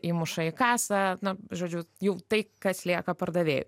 įmuša į kasą na žodžiu jau tai kas lieka pardavėjui